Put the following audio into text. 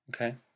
Okay